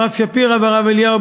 הרב שפירא והרב אליהו,